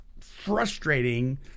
frustrating